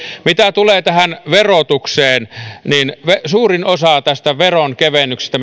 mitä tulee verotukseen niin suurin osa veronkevennyksistä